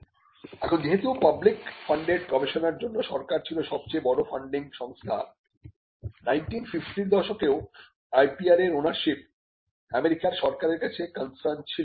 এখন যেহেতু public funded গবেষণার জন্য সরকার ছিল সবচেয়ে বড় ফান্ডিং সংস্থা 1950 এর দশকেও IPR এর ওনারশিপ আমেরিকার সরকারের কাছে কন্সার্ন ছিল